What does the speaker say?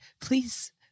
please